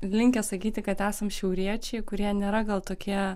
linkę sakyti kad esam šiauriečiai kurie nėra gal tokie